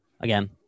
Again